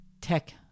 tech